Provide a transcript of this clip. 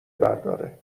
برداره